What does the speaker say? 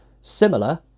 similar